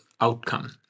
outcome